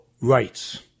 rights